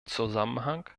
zusammenhang